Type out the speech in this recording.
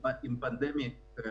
עם פנדמיה.